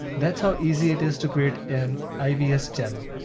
that's how easy it is to create an ivs channel.